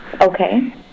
Okay